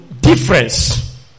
difference